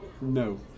No